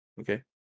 Okay